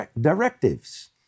directives